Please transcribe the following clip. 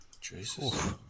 Jesus